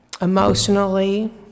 emotionally